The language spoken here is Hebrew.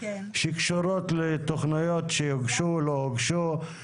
שקשורות לתכניות שהוגשו או לא הוגשו,